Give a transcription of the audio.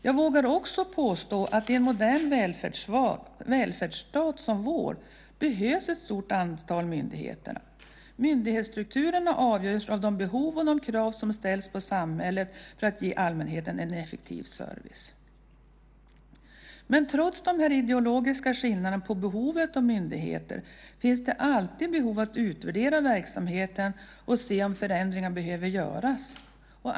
Jag vågar också påstå att i en modern välfärdsstat som vår behövs ett stort antal myndigheter. Myndighetsstrukturen avgörs av de behov och de krav som ställs på samhället att ge allmänheten en effektiv service. Trots de ideologiska skillnaderna i synsättet finns det alltid behov av att utvärdera verksamheten och se om förändringar behöver göras.